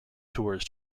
tours